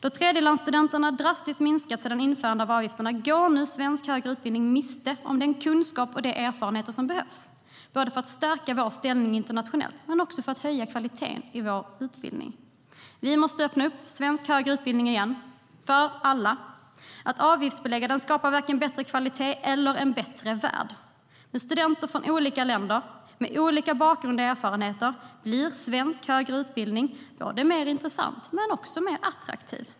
Då tredjelandsstudenternas antal drastiskt minskats sedan införandet av avgifterna går nu svensk högre utbildning miste om den kunskap och de erfarenheter som behövs både för att stärka vår ställning internationellt och för att höja kvaliteten i vår utbildning. Vi måste öppna svensk högre utbildning igen för alla. Att avgiftsbelägga den skapar varken bättre kvalitet eller en bättre värld. Med studenter från olika länder, med olika bakgrund och erfarenheter, blir svensk högre utbildning både mer intressant och mer attraktiv.